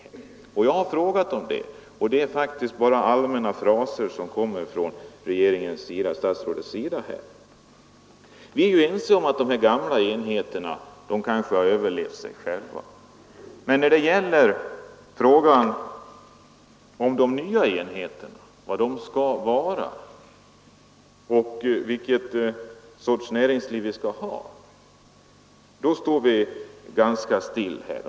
Det är det jag har frågat om, och det är bara allmänna fraser jag får till svar av statsrådet. Vi är ense om att de gamla enheterna överlevt sig själva. Men när det gäller frågan var de nya enheterna skall placeras och vilket slags näringsliv vi skall ha, står vi stilla.